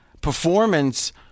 performance